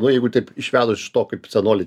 nu jeigu teip išvedus iš to kaip senoliai